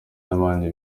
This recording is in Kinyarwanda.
n’abandi